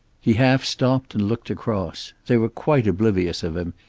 he half stopped, and looked across. they were quite oblivious of him,